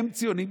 הם ציונים,